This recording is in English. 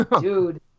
Dude